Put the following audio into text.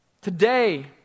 Today